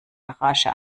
garage